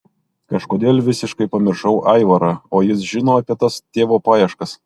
kažkodėl visiškai pamiršau aivarą o jis žino apie tas tėvo paieškas